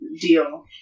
deal